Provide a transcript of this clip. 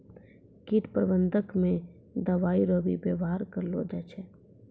कीट प्रबंधक मे दवाइ रो भी वेवहार करलो जाय छै